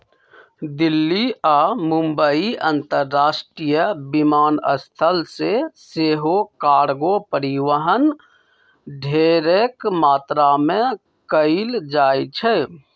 दिल्ली आऽ मुंबई अंतरराष्ट्रीय विमानस्थल से सेहो कार्गो परिवहन ढेरेक मात्रा में कएल जाइ छइ